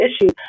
issues